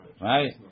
right